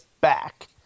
back